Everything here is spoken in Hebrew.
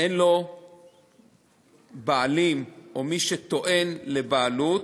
אין לה בעלים או מי שטוען לבעלות,